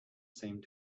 seemed